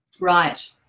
Right